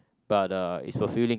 but uh is fulfilling